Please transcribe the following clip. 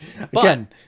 Again